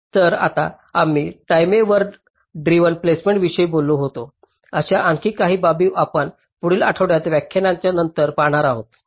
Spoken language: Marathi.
तर आता आम्ही टाईमेवर ड्रिव्हन प्लेसमेंट विषयी बोललो होतो अशा आणखी काही बाबी आपण पुढील आठवड्यातील व्याख्यानां नंतर पाहणार आहोत